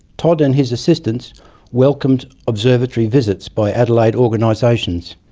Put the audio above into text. todd and his assistants welcomed observatory visits by adelaide organisations,